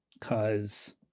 Cause